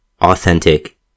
authentic